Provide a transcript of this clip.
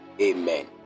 Amen